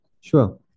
Sure